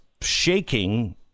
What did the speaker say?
shaking